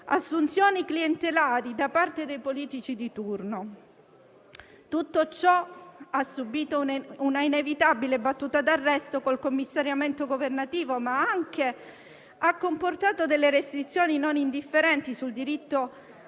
assunzioni clientelari da parte dei politici di turno: tutto ciò ha subito una inevitabile battuta d'arresto con il commissariamento governativo, ma ha anche comportato delle restrizioni non indifferenti sul diritto